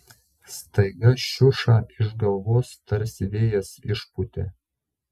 staiga šiušą iš galvos tarsi vėjas išpūtė